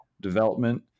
development